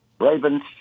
Ravens